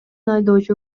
айдоочу